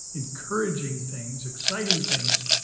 encouraging things, exciting things.